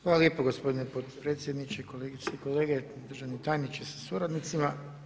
Hvala lijepo gospodine potpredsjedniče, kolegice i kolege, uvaženi tajniče sa suradnicima.